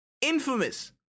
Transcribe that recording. infamous